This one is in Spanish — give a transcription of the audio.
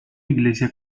iglesia